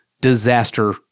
disaster